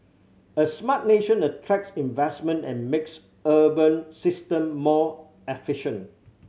a smart nation attracts investment and makes urban system more efficient